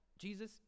Jesus